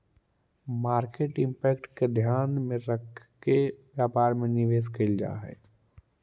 market impact के ध्यान में रखके व्यापार में निवेश कैल जा हई